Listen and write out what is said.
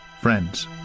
friends